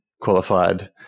qualified